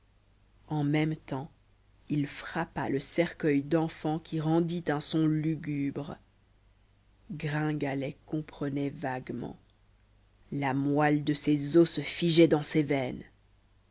en même temps il frappa le cercueil d'enfant qui rendit un son lugubre gringalet comprenait vaguement la moelle de ses os se figeait dans ses veines